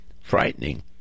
frightening